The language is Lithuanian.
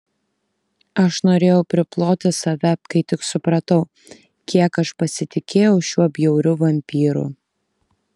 aš norėjau priploti save kai tik supratau kiek aš pasitikėjau šiuo bjauriu vampyru